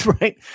right